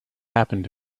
happened